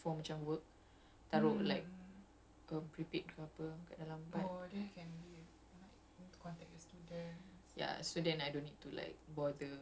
so I'm not sure what I should be using this for I I might use it for macam work taruh like um prepaid ke apa kat dalam tu